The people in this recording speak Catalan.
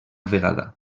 vegada